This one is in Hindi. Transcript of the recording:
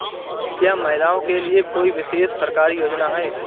क्या महिलाओं के लिए कोई विशेष सरकारी योजना है?